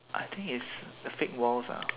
I think it's uh fake walls ah